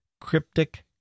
cryptic